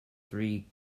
three